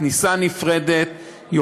בכניסה נפרדת,